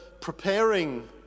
preparing